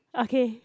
okay